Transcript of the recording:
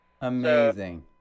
Amazing